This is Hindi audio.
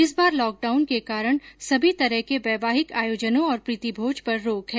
इस बार लॉकडॉउन के कारण सभी तरह के वैवाहिक आयोजनों और प्रीतिभोज पर रोक है